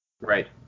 Right